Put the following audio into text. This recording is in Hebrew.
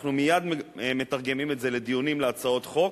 אנחנו מייד מתרגמים את זה לדיונים, להצעות חוק,